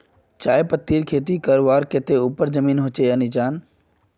चाय पत्तीर खेती करवार केते ऊपर जमीन होचे या निचान?